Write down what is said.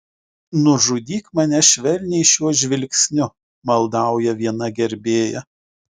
nužudyk mane švelniai šiuo žvilgsniu maldauja viena gerbėja